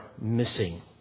missing